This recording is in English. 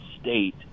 state